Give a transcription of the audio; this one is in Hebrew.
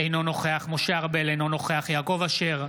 אינו נוכח משה ארבל, אינו נוכח יעקב אשר,